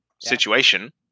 situation